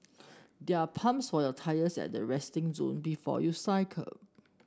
there are pumps for your tyres at the resting zone before you cycle